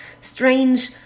strange